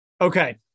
Okay